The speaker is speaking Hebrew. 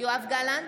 יואב גלנט,